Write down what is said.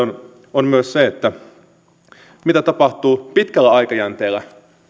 on myös se mitä tapahtuu pitkällä aikajänteellä